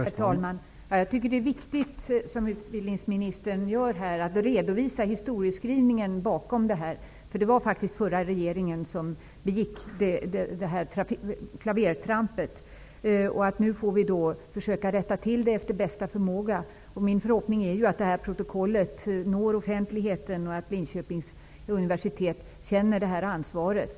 Herr talman! Jag tycker att det är viktigt, som utbildningsministern gör här, att redovisa historieskrivningen. Det var faktiskt den förra regeringen som gjorde klavertrampet. Nu får vi försöka rätta till det efter bästa förmåga, och min förhoppning är att dagens riksdagsprotokoll når offentligheten och att Linköpings universitet känner ansvaret.